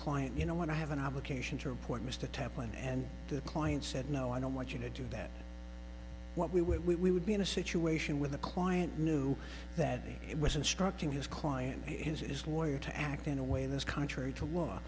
client you know want to have an obligation to report mr taplin and the client said no i don't want you to do that what we would we would be in a situation with a client knew that it was instructing his client his lawyer to act in a way that's contrary to law